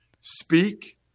speak